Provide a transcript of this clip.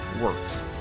works